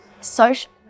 social